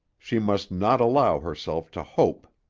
she must not allow herself to hope.